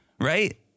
Right